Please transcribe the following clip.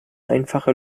einfache